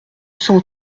cent